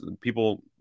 people